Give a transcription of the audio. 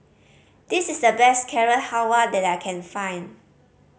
this is the best Carrot Halwa that I can find